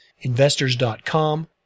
investors.com